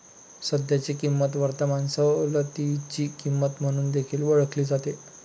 सध्याची किंमत वर्तमान सवलतीची किंमत म्हणून देखील ओळखली जाते